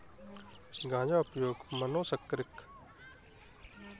गांजा उपयोग मनोसक्रिय मादक के रूप में किया जाता है